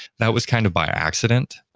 that was kind of by accident.